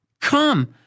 Come